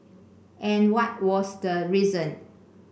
and what was the reason